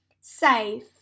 safe